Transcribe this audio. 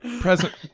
Present